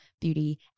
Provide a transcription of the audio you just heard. beauty